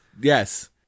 Yes